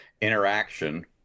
interaction